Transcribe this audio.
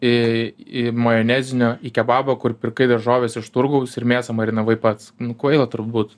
į į majonezinio į kebabą kur pirkai daržoves iš turgaus ir mėsą marinavai pats kvaila turbūt